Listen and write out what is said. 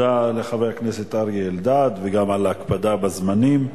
תודה לחבר הכנסת אריה אלדד, גם על ההקפדה בזמנים.